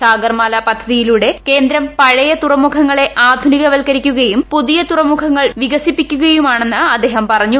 സാഗർമാല പദ്ധതിയിലൂടെ കേന്ദ്രം പഴയ തുറമുഖങ്ങളെ ആധുനിക വൽക്കരിക്കുകയും പുതിയ തുറമുഖങ്ങൾ വികസിപ്പിക്കുകയുമാണെന്ന് അദ്ദേഹം പറഞ്ഞു